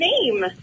name